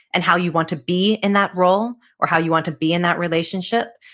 and how you want to be in that role or how you want to be in that relationship.